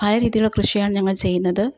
പഴയ രീതിയിലുള്ള കൃഷിയാണ് ഞങ്ങൾ ചെയ്യുന്നത്